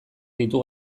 ditu